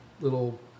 little